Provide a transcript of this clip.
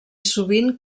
sovint